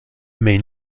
mais